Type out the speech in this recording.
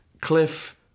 Cliff